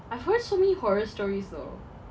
I heard so many horror stories though